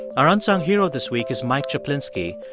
our unsung hero this week is mike czaplinski,